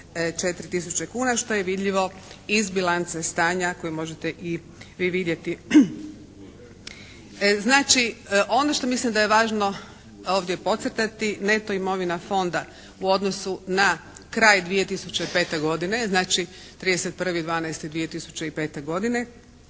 tisuće kuna, što je vidljivo iz bilance stanje koju možete i vi vidjeti. Znači ono što mislim da je važno ovdje podcrtati, neto imovina Fonda u odnosu na kraj 2005. godine, znači 31.12.2005. godine